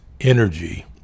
energy